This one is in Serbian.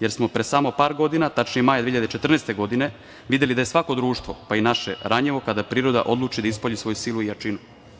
jer smo pre samo par godina, tačnije maja 2014. godine videli da je svako društvo, pa i naše, ranjivo kada priroda odluči da ispolji svoju silu i jačinu.